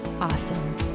awesome